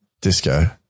Disco